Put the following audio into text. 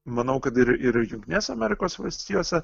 manau kad ir ir jungtinėse amerikos valstijose